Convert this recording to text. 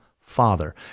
Father